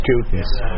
students